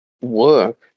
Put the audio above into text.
work